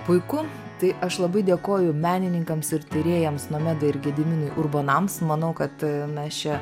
puiku tai aš labai dėkoju menininkams ir tyrėjams nomedai ir gediminui urbonams manau kad mes čia